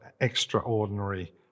extraordinary